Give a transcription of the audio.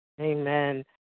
Amen